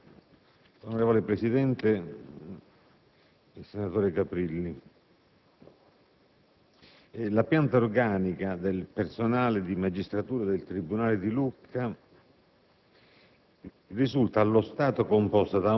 la pianta organica del personale di magistratura del tribunale di Lucca